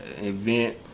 event